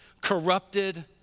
corrupted